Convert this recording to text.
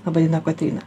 laba diena kotryna